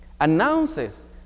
announces